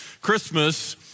Christmas